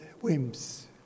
whims